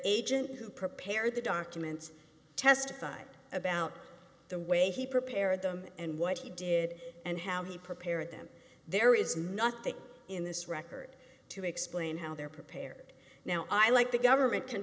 agent who prepared the documents testified about the way he prepared them and what he did and how he prepared them there is nothing in this record to explain how they're prepared now i like the government can